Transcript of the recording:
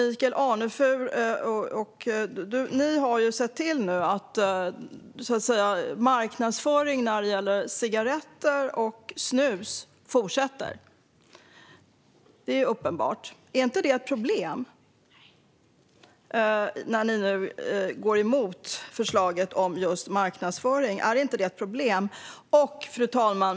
Michael Anefur och andra har sett till att reglerna för marknadsföring av cigaretter och snus fortsätter att gälla; det är uppenbart. Är inte det ett problem när ni nu går emot förslaget om just marknadsföring? Fru talman!